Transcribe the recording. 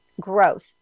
growth